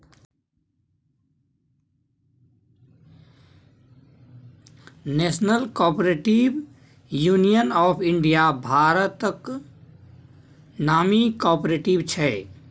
national cooperative union of India भारतक नामी cooperative छै